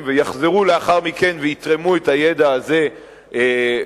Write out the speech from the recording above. ויחזרו לאחר מכן ויתרמו את הידע הזה פה,